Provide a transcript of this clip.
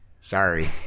Sorry